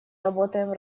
работаем